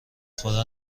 خدا